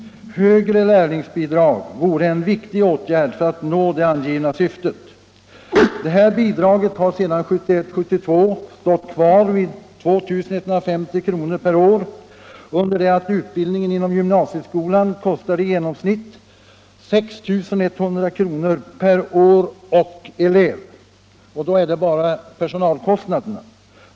Högre lärlingsbidrag vore en viktig åtgärd för att nå det angivna syftet. Bidraget har sedan 1971/72 stått kvar vid 2150 kr. per år, under det att utbildningen inom gymnasieskolan kostar i genomsnitt 6 100 kr. per år och elev, och då är detta bara personalkostnaderna.